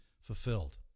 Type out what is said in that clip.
fulfilled